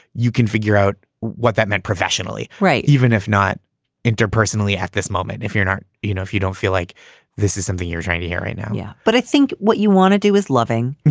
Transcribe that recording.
you can figure out what that meant professionally. right. even if not interpersonally at this moment, if you're not. you know, if you don't feel like this is something you're trying to hear now. yeah but i think what you want to do is loving.